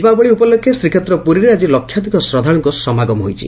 ଦୀପାବଳି ଉପଲକ୍ଷେ ଶ୍ରୀକ୍ଷେତ୍ର ପୁରୀରେ ଆଜି ଲକ୍ଷାଧ୍କ ଶ୍ରଦ୍ଧାଳୁଙ୍କ ସମାଗମ ହୋଇଛି